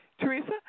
Teresa